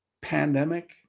pandemic